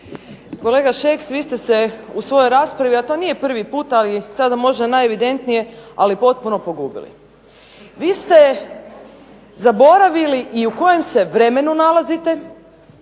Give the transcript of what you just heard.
Kolega Šeks, vi ste se u svojoj raspravi, a to nije prvi puta ali je sada možda najevidentnije, ali potpuno pogubili. Vi ste zaboravili i u kojem se vremenu nalazite